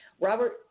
Robert